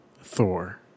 Thor